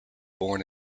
born